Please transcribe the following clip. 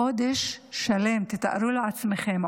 חודש שלם, תתארו לעצמכם.